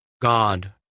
God